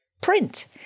Print